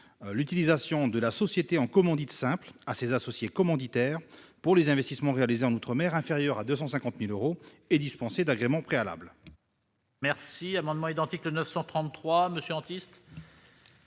l'utilisation de la société en commandite simple à ses associés commanditaires, pour les investissements réalisés en outre-mer inférieurs à 250 000 euros et dispensés d'agrément préalable. La parole est à M. Maurice Antiste,